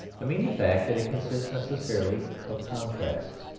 i mean the fact that it consists necessarily of contrasts.